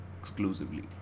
exclusively